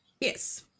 Yes